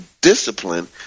discipline